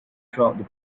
throughout